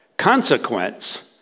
consequence